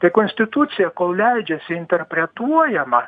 tai konstitucija kol leidžiasi interpretuojama